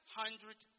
hundred